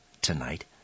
tonight